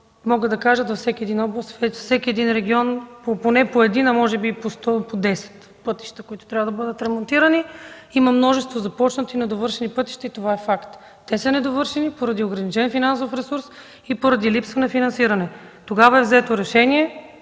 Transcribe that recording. зала, може да посочи във всеки регион поне по един, а може би по 10, по 100 пътища, които трябва да бъдат ремонтирани. Има множество започнати и недовършени пътища – това е факт. Те са недовършени поради ограничен финансов ресурс и поради липса на финансиране. Тогава е взето решение